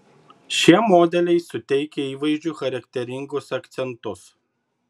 šie modeliai suteikia įvaizdžiui charakteringus akcentus